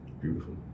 Beautiful